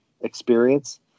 experience